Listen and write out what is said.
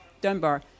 Dunbar